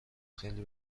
خیلی